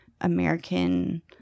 American